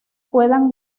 puedan